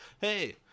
Hey